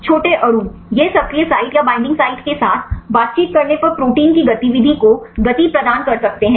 छोटे अणु यह सक्रिय साइट या बैईंडिंग साइट के साथ बातचीत करने पर प्रोटीन की गतिविधि को गति प्रदान कर सकते हैं